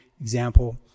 example